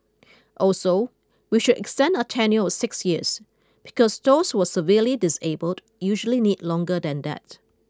also we should extend our tenure of six years because those who are severely disabled usually need longer than that